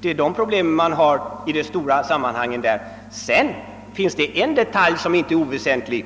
Det är dessa problem man har att räkna med i det stora sammanhangen där. Sedan finns det en liten detalj som dock inte är oväsentlig.